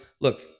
look